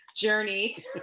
journey